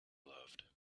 loved